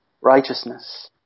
righteousness